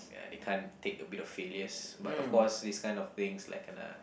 ya they can't take a bit of failures but of course this kind of things like gonna